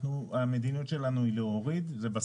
המדיניות שלנו היא להוריד את הפיגורים,